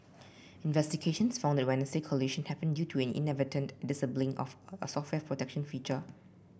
investigations found collision happened due to the inadvertent disabling of a software protection feature